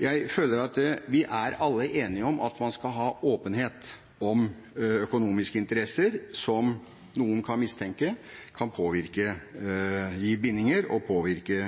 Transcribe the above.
Jeg føler at vi alle er enige om at vi skal ha åpenhet om økonomiske interesser som noen kan mistenke kan gi bindinger og påvirke